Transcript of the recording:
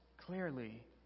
clearly